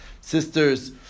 Sisters